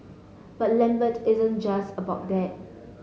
but Lambert isn't just about that